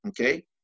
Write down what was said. Okay